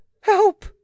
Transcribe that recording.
help